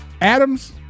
Adams